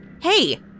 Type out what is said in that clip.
hey